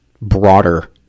broader